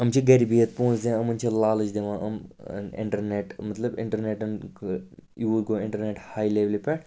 یِم چھِ گَرِ بِہِتھ پۅنٛسہٕ زینا یِمَن چھِ لالٕچ دِوان یِم اِنٹَرنیٚٹ مطلب اِنٹَرنیٚٹَن کٔر یوٗت گوٚو اِنٹَرنیٚٹ ہاے لیٚولہِ پٮ۪ٹھ